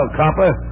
copper